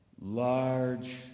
large